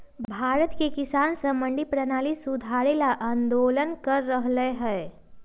भारत के किसान स मंडी परणाली सुधारे ल आंदोलन कर रहल हए